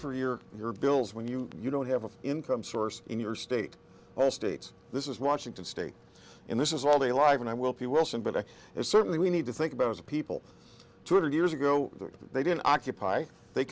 for your your bills when you you don't have an income source in your state all states this is washington state in this is all they live and i will be wilson but it is certainly we need to think about the people two hundred years ago they didn't occupy they